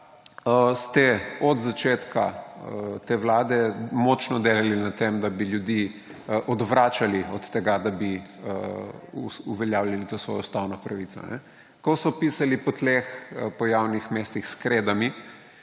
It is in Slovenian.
ste od začetka te vlade močno delali na tem, da bi ljudi odvračali od tega, da bi uveljavljali to svojo ustavno pravico. Ko so pisali po tleh, po javnih mestih s kredami,